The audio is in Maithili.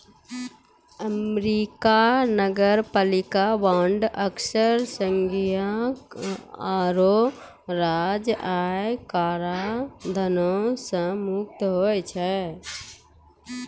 अमेरिका नगरपालिका बांड अक्सर संघीय आरो राज्य आय कराधानो से मुक्त होय छै